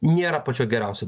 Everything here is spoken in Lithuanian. nėra pačia geriausia